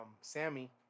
Sammy